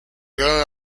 llegaron